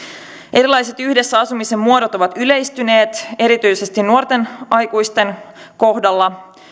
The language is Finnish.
erilaiset yhdessä asumisen muodot ovat yleistyneet erityisesti nuorten aikuisten kohdalla